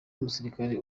umusirikare